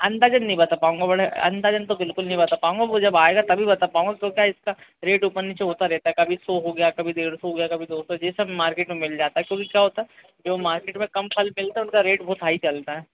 अंदाज़ा नहीं बता पाऊँगा बड़े अंदाज़न तो बिल्कुल नहीं बता पाऊँगा वो जब आएगा तभी बता पाऊँगा वो क्या इसका रेट ऊपन नीचे होता रहता है कभी सौ हो गया कभी डेढ़ सौ हो गया कभी दो सौ ये सब मार्केट में मिल जाता है क्योंकि क्या होता है कि वो मार्केट में कम फल मिलता उनका रेट बहुत हाई चलता है